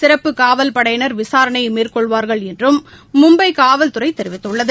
சிறப்பு காவல்படையினர் விசாரணையை மேற்கொள்வார்கள் என்றும் மும்பை காவல்துறை தெரிவித்துள்ளது